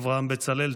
אברהם בצלאל,